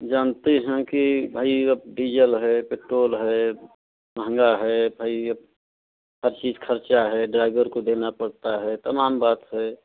जानती हैं कि भाई अब डीजल है पेट्रोल है महंगा है भाई अब हर चीज़ ख़र्चा है ड्राइवर को देना पड़ता है तमाम बातें हैं